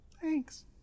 Thanks